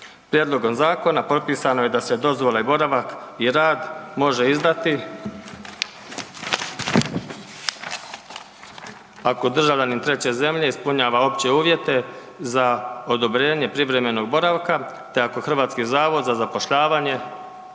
Prijedlogom zakona propisano je da se dozvole boravak i rad može izdati ako državljanin treće zemlje ispunjava opće uvjete za odobrenje privremenog boravka te ako HZZ dostavi MUP-u pozitivno